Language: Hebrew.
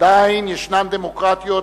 עדיין ישנן דמוקרטיות,